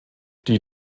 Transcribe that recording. die